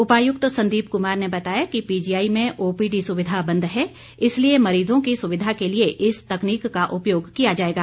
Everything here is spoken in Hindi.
उपायुक्त संदीप कुमार ने बताया कि पीजीआई में ओपीडी सुविधा बंद है इसलिए मरीजों की सुविधा के लिए इस तकनीक का उपयोग किया जाएगा